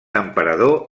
emperador